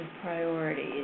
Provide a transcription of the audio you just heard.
priorities